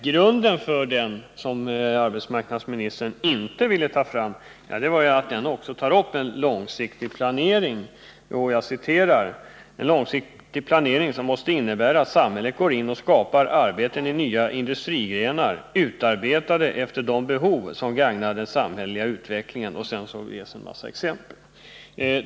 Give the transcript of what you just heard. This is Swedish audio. Ja, grunden för motionen — något som arbetsmarknadsministern inte ville gå in på —-är att den också tar upp en långsiktig planering som ”måste innebära att samhället går in och skapar arbeten i nya industrigrenar, utarbetade efter de behov som gagnar den samhälleliga utvecklingen”. Sedan ges en mängd exempel.